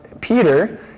Peter